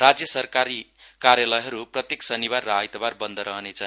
राज्य सरकारी कार्यालयहरू प्रत्येक शनीबार र आइतबार बन्द रहने छन्